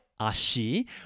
Ashi